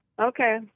Okay